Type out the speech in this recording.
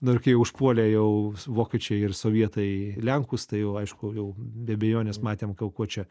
dar kai užpuolė jau vokiečiai ir sovietai lenkus tai jau aišku jau be abejonės matėm ko kuo čia